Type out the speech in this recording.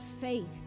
faith